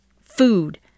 food